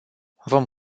vom